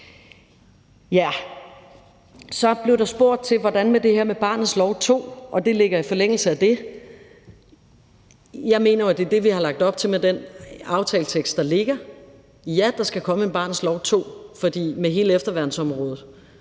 Så blev der spurgt til det her med barnets lov 2 – og det ligger i forlængelse af det: Jeg mener jo, at det er det, vi har lagt op til med den aftaletekst, der ligger. Ja, der skal komme en barnets lov 2, for med hele efterværnsområdet